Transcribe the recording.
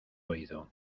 oído